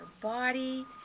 body